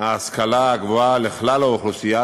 ההשכלה הגבוהה לכלל האוכלוסייה,